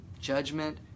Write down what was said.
Judgment